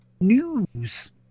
News